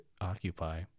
occupy